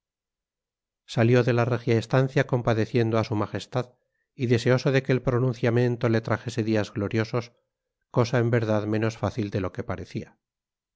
salió de la regia estancia compadeciendo a su majestad y deseoso de que el pronunciamiento le trajese días gloriosos cosa en verdad menos fácil de lo que parecía